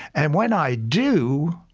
and when i do